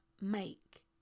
make